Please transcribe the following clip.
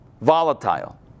volatile